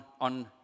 on